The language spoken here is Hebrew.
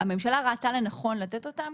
שהממשלה ראתה לנכון לתת אותם,